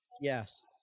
yes